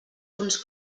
punts